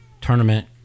tournament